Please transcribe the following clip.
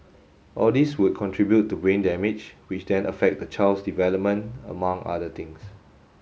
all these would contribute to brain damage which then affect the child's development among other things